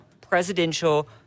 presidential